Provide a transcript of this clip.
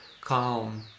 calm